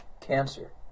cancer